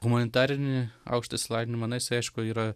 humanitarinį aukštą išsilavinimą na jisai aišku yra